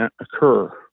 occur